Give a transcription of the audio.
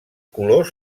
colors